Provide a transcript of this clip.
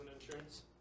insurance